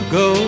go